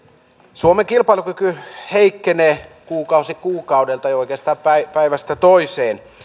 suomen kilpailukyky heikkenee kuukausi kuukaudelta ja oikeastaan päivästä toiseen